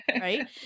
Right